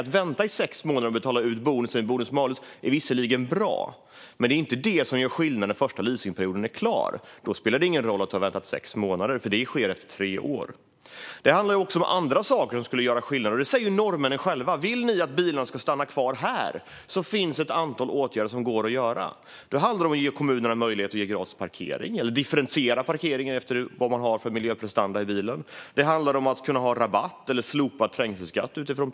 Att vänta i sex månader med att betala ut bonusen i bonus-malus-systemet är visserligen bra, men det är inte vad som gör skillnad när den första leasingperioden är klar. Då spelar det ingen roll om man har väntat i sex månader, eftersom detta sker efter tre år. Även andra saker skulle göra skillnad. Norrmännen själva säger: Vill ni att bilarna ska stanna kvar i Sverige finns det ett antal åtgärder man kan vidta. Exempelvis kan man ge kommunerna möjlighet att erbjuda gratis parkering eller differentiera parkeringen utifrån bilens miljöprestanda. Man kan utifrån samma parametrar också ge rabatt på eller slopa trängselskatten.